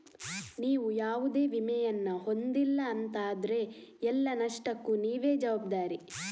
ನೀವು ಯಾವುದೇ ವಿಮೆಯನ್ನ ಹೊಂದಿಲ್ಲ ಅಂತ ಆದ್ರೆ ಎಲ್ಲ ನಷ್ಟಕ್ಕೂ ನೀವೇ ಜವಾಬ್ದಾರಿ